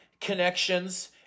connections